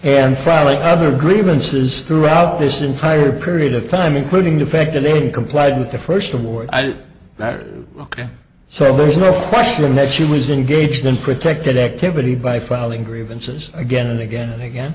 and filing other grievances throughout this entire period of time including the fact that they complied with the first award i did that are ok so there's no question that she was engaged in protected activity by filing grievances again and again and again